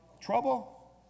trouble